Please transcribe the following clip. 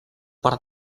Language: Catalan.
per